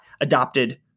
adopted